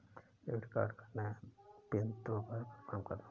debit card का नया PIN दो बार कन्फर्म करना होगा